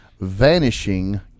vanishing